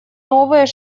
новые